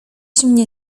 mnie